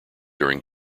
during